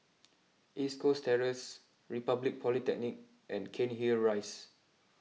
East Coast Terrace Republic Polytechnic and Cairnhill Rise